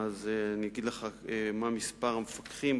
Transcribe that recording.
אגיד לך מה מספר המפקחים,